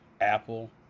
Apple